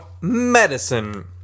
Medicine